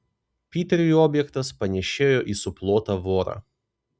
piteriui objektas panėšėjo į suplotą vorą